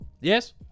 Yes